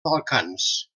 balcans